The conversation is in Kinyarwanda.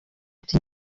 ati